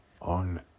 on